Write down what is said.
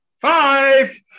Five